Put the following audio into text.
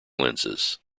lenses